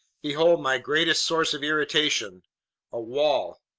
behold my greatest source of irritation a wall!